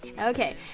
Okay